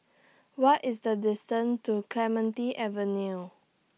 What IS The distance to Clementi Avenue